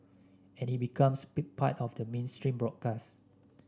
and it becomes pick part of the mainstream broadcast